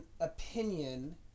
opinion